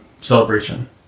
celebration